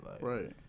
Right